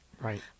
right